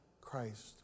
Christ